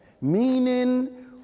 Meaning